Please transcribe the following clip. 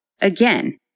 Again